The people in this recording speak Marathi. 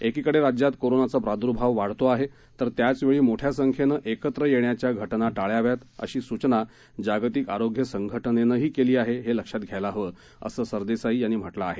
एकीकडे राज्यात कोरोनाचा प्राद्र्भाव वाढतो आहे तर त्याचवेळी मोठ्या संख्येनं एकत्र येण्याच्या घटना टाळाव्यात अशी सुचना जागतिक आरोग्य संघटनेनंही केली आहे हे लक्षात घ्यायला हवं असं सरदेसाई यांनी म्हटलं आहे